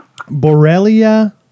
Borrelia